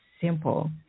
simple